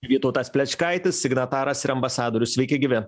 vytautas plečkaitis signataras ir ambasadorius sveiki gyvi